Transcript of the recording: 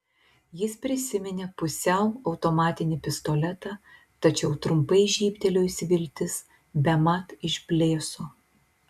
jis prisiminė pusiau automatinį pistoletą tačiau trumpai žybtelėjusi viltis bemat išblėso